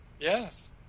Yes